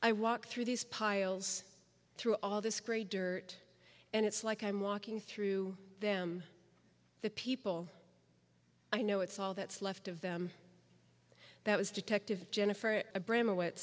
i walk through these piles through all this gray dirt and it's like i'm walking through them the people i know it's all that's left of them that was detective jennifer abr